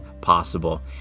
possible